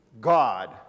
God